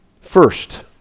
First